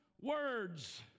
words